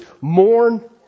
mourn